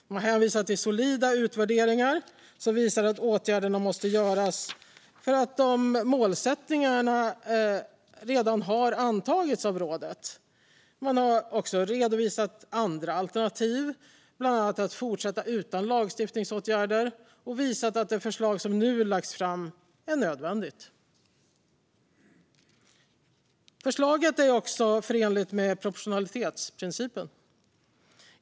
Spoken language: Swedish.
Den har hänvisat till solida utvärderingar som visar att åtgärderna måste göras för att nå de målsättningar som redan har antagits av rådet. Man har också redovisat andra alternativ, bland annat att fortsätta utan lagstiftningsåtgärder, och har visat att det förslag som nu lagts fram är nödvändigt. Förslaget är också förenligt med proportionalitetsprincipen.